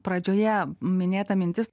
pradžioje minėta mintis